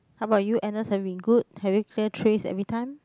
how about you Anas have you been good have you clear tray everytime